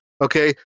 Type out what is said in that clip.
Okay